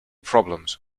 problems